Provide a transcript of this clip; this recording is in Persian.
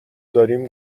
داریم